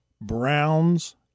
Browns